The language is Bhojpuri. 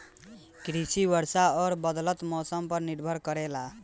कृषि वर्षा और बदलत मौसम पर निर्भर करेला